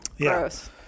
Gross